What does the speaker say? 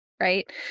Right